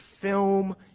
film